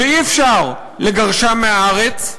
ואי-אפשר לגרשם מהארץ,